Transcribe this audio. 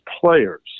players